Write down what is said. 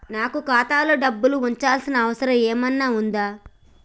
నాకు ఖాతాలో డబ్బులు ఉంచాల్సిన అవసరం ఏమన్నా ఉందా?